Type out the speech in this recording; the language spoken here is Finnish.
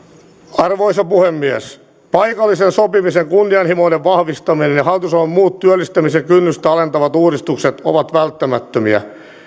arvoisa puhemies paikallisen sopimisen kunnianhimoinen vahvistaminen ja hallitusohjelman muut työllistämisen kynnystä alentavat uudistukset ovat välttämättömiä